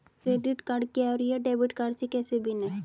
Credit card क्या है और यह डेबिट कार्ड से कैसे भिन्न है?